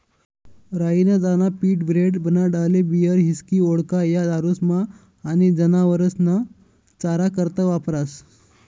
राई ना दाना पीठ, ब्रेड, बनाडाले बीयर, हिस्की, वोडका, या दारुस्मा आनी जनावरेस्ना चारा करता वापरास